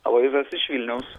aloyzas iš vilniaus